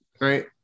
Right